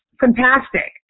fantastic